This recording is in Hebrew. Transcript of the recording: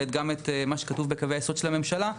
וגם את מה שכתוב בקווי היסוד של הממשלה,